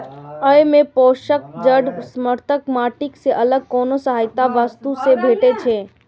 अय मे पौधाक जड़ कें समर्थन माटि सं अलग कोनो सहायक वस्तु सं भेटै छै